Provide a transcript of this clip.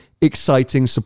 exciting